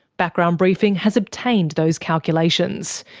background briefing has obtained those calculations.